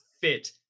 fit